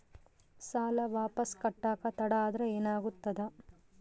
ಸಾಲ ವಾಪಸ್ ಕಟ್ಟಕ ತಡ ಆದ್ರ ಏನಾಗುತ್ತ?